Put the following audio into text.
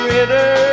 Ritter